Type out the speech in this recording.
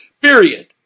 Period